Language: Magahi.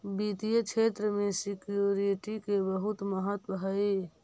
वित्तीय क्षेत्र में सिक्योरिटी के बहुत महत्व हई